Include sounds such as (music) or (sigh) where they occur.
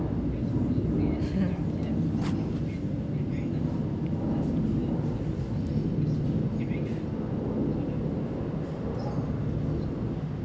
(laughs)